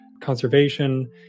conservation